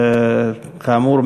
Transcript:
כאמור,